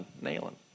nailing